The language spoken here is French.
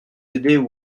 aider